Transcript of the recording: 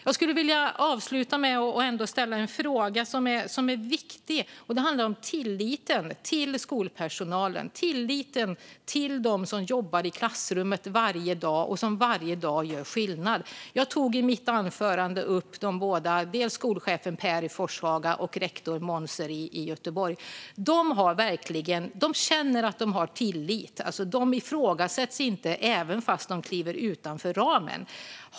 Jag vill avsluta med att ställa en viktig fråga. Det handlar om tilliten till skolpersonalen, till dem som jobbar i klassrummet varje dag och gör skillnad varje dag. Jag tog i mitt anförande upp skolchefen Per i Forshaga och rektorn Monzer i Göteborg. De känner att de har tillit. De ifrågasätts inte även om de kliver utanför ramen.